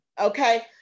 Okay